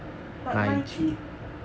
but lychee